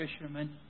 fishermen